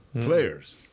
players